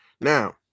Now